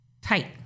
tight